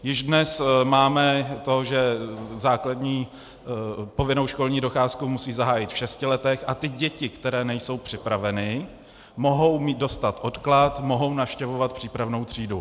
Již dnes máme to, že základní povinnou školní docházku musí zahájit v šesti letech a děti, které nejsou připraveny, mohou dostat odklad, mohou navštěvovat přípravnou třídu.